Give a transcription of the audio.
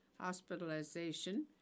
hospitalization